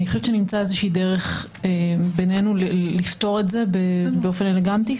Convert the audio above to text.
אני חושבת שנמצא איזושהי דרך לפתור את זה בינינו באופן אלגנטי.